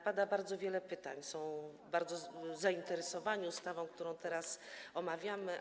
Pada bardzo wiele pytań, są bardzo zainteresowani ustawą, którą teraz omawiamy.